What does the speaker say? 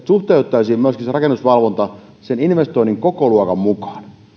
että myöskin rakennusvalvonta suhteutettaisiin sen investoinnin kokoluokan mukaan ei